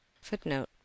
footnote